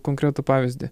konkretų pavyzdį